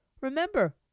Remember